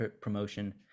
promotion